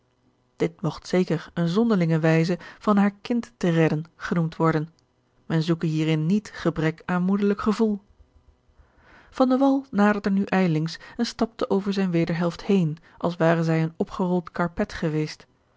dit mogt zeker eene zonderlinge wijze van haar kind te redden genoemd george een ongeluksvogel worden men zoeke hierin niet gebrek aan moederlijk gevoel van de wall naderde nu ijllings en stapte over zijne wederhelft heen als ware zij een opgerold karpet geweest